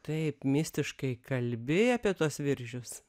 taip mistiškai kalbi apie tuos viržius